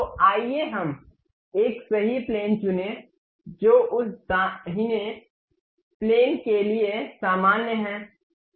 तो आइए हम एक सही प्लेन चुनें जो उस दाहिने विमान के लिए सामान्य है